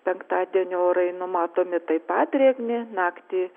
penktadienio orai numatomi taip pat drėgni naktį